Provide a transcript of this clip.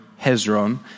Hezron